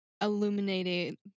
illuminated